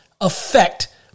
affect